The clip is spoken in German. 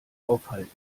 aufhalten